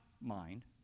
mind